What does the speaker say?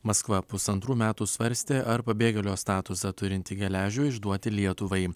maskva pusantrų metų svarstė ar pabėgėlio statusą turinti geležių išduoti lietuvai